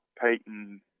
payton